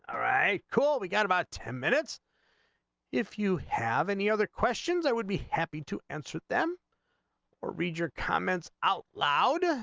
um right cool began about ten minutes if you have any other questions and would be happy to answer them or reader comments out loud and